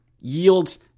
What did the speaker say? yields